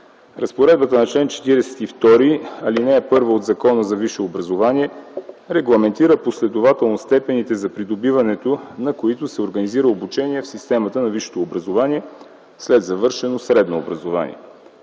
разпоредбата на чл. 42, ал. 1 от Закона за висшето образование регламентира последователно степените, за придобиването на които се организира обучение в системата на висшето образование след завършено средно образование.